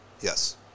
Yes